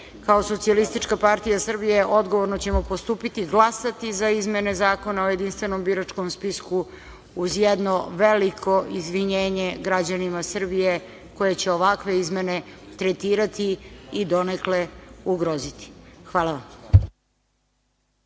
ovim ljudima. Ne, kao SPS odgovorno ćemo postupiti, glasati za izmene Zakona o jedinstvenom biračkom spisku uz jedno veliko izvinjenje građanima Srbije, koje će ovakve izmene tretirati i donekle ugroziti. Hvala vam.